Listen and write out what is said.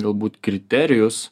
galbūt kriterijus